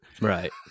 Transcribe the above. Right